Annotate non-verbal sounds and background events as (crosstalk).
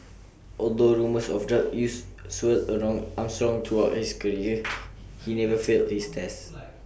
(noise) although rumours of drug use (noise) swirled around Armstrong throughout his career (noise) he never failed his test (noise)